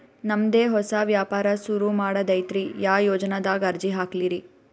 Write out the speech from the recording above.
ನಮ್ ದೆ ಹೊಸಾ ವ್ಯಾಪಾರ ಸುರು ಮಾಡದೈತ್ರಿ, ಯಾ ಯೊಜನಾದಾಗ ಅರ್ಜಿ ಹಾಕ್ಲಿ ರಿ?